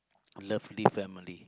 lovely family